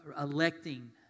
electing